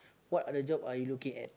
what other job are you looking at